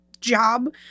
job